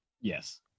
Yes